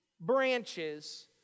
branches